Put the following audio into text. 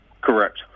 correct